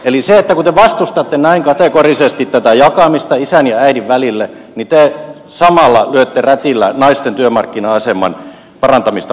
eli kun te vastustatte näin kategorisesti tätä jakamista isän ja äidin välillä niin te samalla lyötte rätillä naisten työmarkkina aseman parantamista vastaan